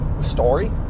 story